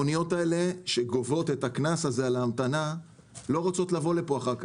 האוניות האלה שגובות את הקנס הזה על ההמתנה לא רוצות לבוא לפה אחר כך.